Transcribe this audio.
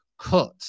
cut